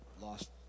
lost